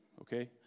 Okay